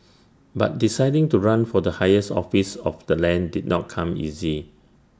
but deciding to run for the highest office of the land did not come easy